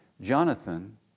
Jonathan